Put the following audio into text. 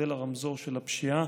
מודל הרמזור של הפשיעה,